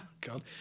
God